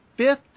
fifth